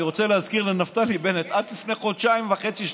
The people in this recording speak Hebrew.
אני רוצה להזכיר לנפתלי בנט: עד לפני חודשיים וחצי,